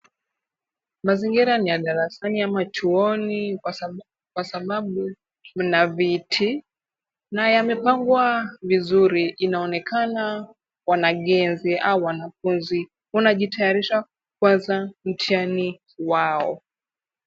Mazingira ni ya darasani ama chuoni kwa sababu kuna viti na yamepamgwa vizuri. Inaonekana wanagenzi au wanafunzi wanajitayarisha kuanza mtihani wao.